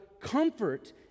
comfort